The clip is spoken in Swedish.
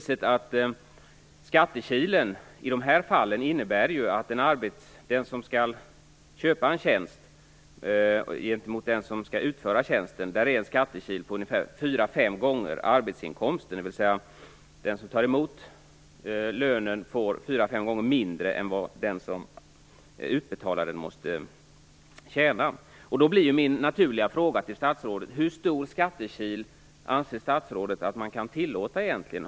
Skattekilen mellan den som skall köpa en tjänst och den som skall utföra tjänsten är i de här fallen ungefär fyra fem gånger arbetsinkomsten, dvs. den som tar emot lönen får fyra fem gånger mindre än vad den som utbetalar den måste tjäna. Då blir min naturliga fråga: Hur stor skattekil anser statsrådet egentligen att man kan tillåta?